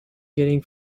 getting